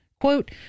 Quote